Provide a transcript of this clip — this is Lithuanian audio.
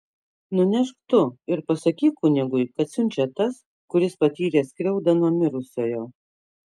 nunešk tu ir pasakyk kunigui kad siunčia tas kuris patyrė skriaudą nuo mirusiojo